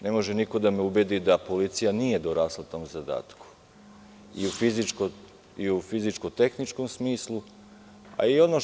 Ne može niko da me ubedi da policija nije dorasla tom zadatku i u fizičko-tehničkom smislu i u svakom drugom smislu.